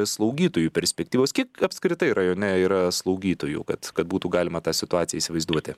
slaugytojų perspektyvos kiek apskritai rajone yra slaugytojų kad kad būtų galima tą situaciją įsivaizduoti